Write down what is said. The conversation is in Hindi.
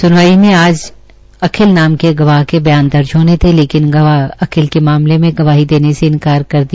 सुनवाई में आज अखिल नाम के गवाह के बयान दर्ज होने थे लेकिन गवाह अखिल ने मामले में गवाही देने से इन्कार कर दिया